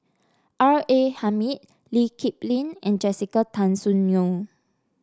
R A Hamid Lee Kip Lin and Jessica Tan Soon Neo